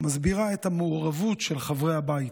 מסביר את המעורבות של חברי הבית,